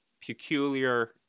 peculiar